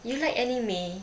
you like anime